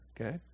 Okay